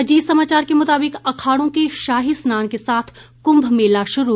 अजीत समाचार के मुताबिक अखाड़ों के शाही स्नान के साथ कुंभ मेला शुरू